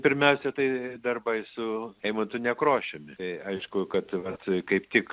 pirmiausia tai darbai su eimantu nekrošiumi aišku kad vat kaip tik